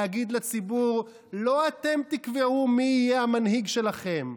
להגיד לציבור: לא אתם תקבעו מי יהיה המנהיג שלכם.